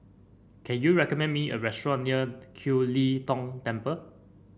can you recommend me a restaurant near Kiew Lee Tong Temple